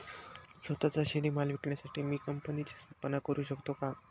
स्वत:चा शेतीमाल विकण्यासाठी मी कंपनीची स्थापना करु शकतो का?